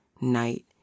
night